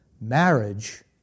Marriage